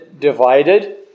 divided